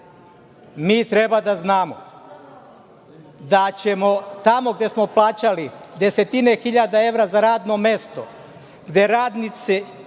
mi treba da znamo da ćemo tamo gde smo plaćali desetine hiljada evra za radno mesto, gde radnici